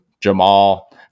jamal